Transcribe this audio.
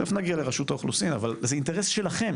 תכף נגיע לרשות האוכלוסין, אבל זה אינטרס שלכם